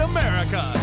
America